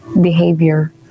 behavior